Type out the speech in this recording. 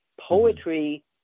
poetry